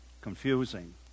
confusing